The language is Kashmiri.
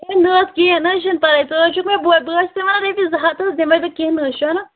ہَے نہَ حظ کیٚنٛہہ نہَ حظ چھُنہٕ پَرواے ژٕ حظ چھُکھ مےٚ بوے بہٕ حظ چھَسےَ وَنان رۄپیَس زٕ ہَتھ حظ دِمٕے بہٕ کیٚنٛہہ نہَ حظ چلو